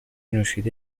نوشیده